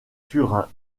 turin